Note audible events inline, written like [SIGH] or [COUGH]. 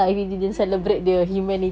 [LAUGHS]